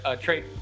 trade